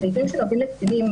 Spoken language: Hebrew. בסעיפים שנוגעים לקטינים,